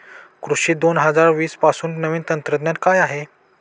कृषी दोन हजार वीसमध्ये नवीन तंत्रज्ञान काय आहे?